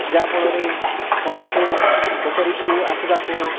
ଯାହାଫଳରେ ସମସ୍ତେ ପୋଖରୀକୁ ଆସିବାକୁ